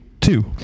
two